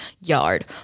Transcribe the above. yard